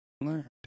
learned